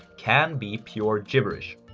can be pure gibberish.